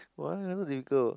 why I look at the girl